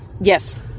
Yes